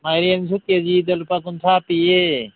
ꯃꯥꯏꯔꯦꯟꯁꯨ ꯀꯦ ꯖꯤꯗ ꯂꯨꯄꯥ ꯀꯨꯟꯊ꯭ꯔꯥ ꯄꯤꯌꯦ